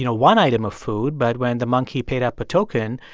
you know one item of food but when the monkey paid up a token,